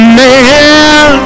man